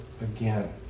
again